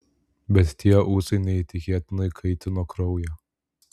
bet tie ūsai neįtikėtinai kaitino kraują